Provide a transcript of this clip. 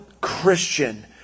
Christian